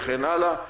וכן הלאה.